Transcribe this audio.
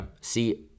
See